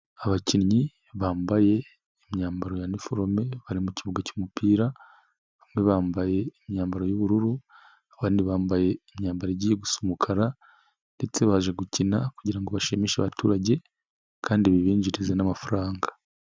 Abakinnyi bambaye imyambaro ya iniforome bari mu kibuga cy'umupira bamwe bambaye imyambaro y'ubururu abandi bambaye imyambaro igiye gusa umukara ndetse baje gukina kugira ngo bashimishe abaturage kandi bibinjirize n'amafaranga.